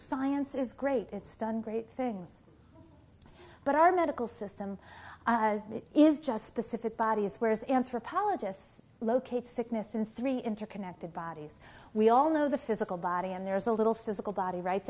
science is great it's done great things but our medical system is just pacific bodies whereas anthropologists locate sickness in three interconnected bodies we all know the physical body and there's a little physical body right